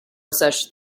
such